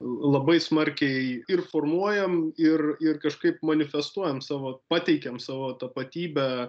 labai smarkiai ir formuojam ir ir kažkaip manifestuojam savo pateikiam savo tapatybę